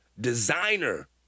designer